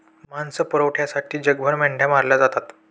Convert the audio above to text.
मांस पुरवठ्यासाठी जगभर मेंढ्या मारल्या जातात